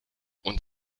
und